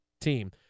team